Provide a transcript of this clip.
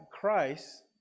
Christ